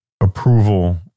approval